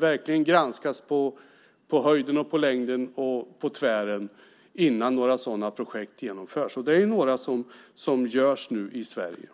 Det granskas på höjden, längden och tvären innan några sådana projekt genomförs. Det är några som görs nu i Sverige,